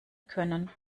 können